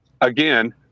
again